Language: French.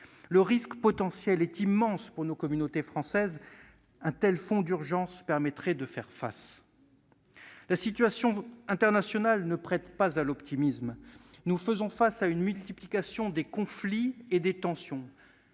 Le risque potentiel est immense pour nos communautés françaises, et un tel fonds d'urgence permettrait d'y faire face. La situation internationale ne prête pas à l'optimisme, car les conflits et les tensions